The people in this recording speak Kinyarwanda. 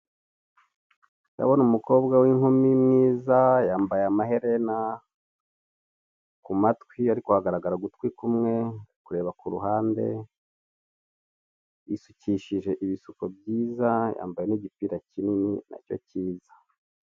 Ndabona umukobwa w'inkimi mwiza yambaye amaherena ku matwi ariko hagaragara ugutwi kumwe ari kureba ku ruhande yishukushije ibisuko byiza yambaye n'igipira kinini ariko kiza.